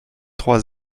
trois